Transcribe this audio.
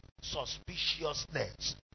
suspiciousness